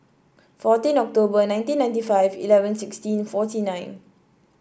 fourteen October nineteen ninety five eleven sixteen forty nine